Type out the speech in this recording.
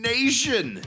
Nation